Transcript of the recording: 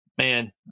Man